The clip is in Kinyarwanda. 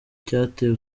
cyatewe